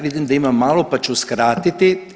Vidim da imam malo, pa ću skratiti.